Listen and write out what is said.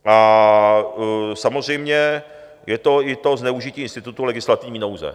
A samozřejmě je to i to zneužití institutu legislativní nouze.